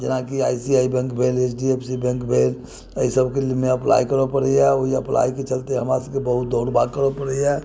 जेना कि I C I bank भेल H D F C bank भेल अइ सबमे अप्लाइ करऽ पड़ैये ओइमे अप्लाइके चलते हमरा सबके बहुत दौड़ भाग करऽ पड़ैये